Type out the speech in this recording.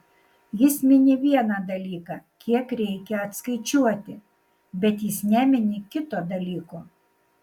jis mini vieną dalyką kiek reikia atskaičiuoti bet jis nemini kito dalyko